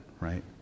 right